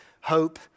hope